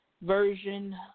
version